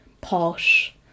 posh